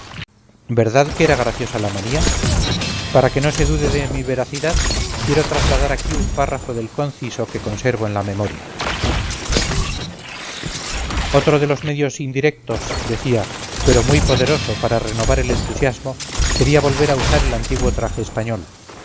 verdad que era graciosa la manía para que no se dude de mi veracidad quiero trasladar aquí un párrafo del conciso que conservo en la memoria otro de los medios indirectos decía pero muy poderoso para renovar el entusiasmo sería volver a usar el antiguo traje español